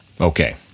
Okay